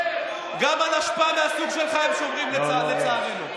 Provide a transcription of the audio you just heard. גם על אשפה מהסוג שלך הם שומרים, לצערנו.